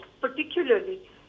particularly